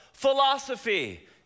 philosophy